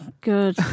good